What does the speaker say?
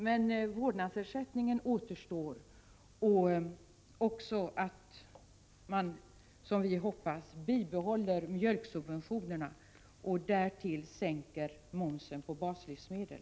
Men vårdnadsersättningen återstår, liksom att man, som vi hoppas, bibehåller mjölksubventionerna och därtill sänker momsen på baslivsmedel.